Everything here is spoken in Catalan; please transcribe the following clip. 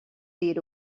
dir